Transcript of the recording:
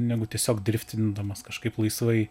negu tiesiog driftindamas kažkaip laisvai